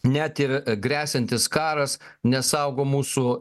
net tiv gresiantis karas nesaugo mūsų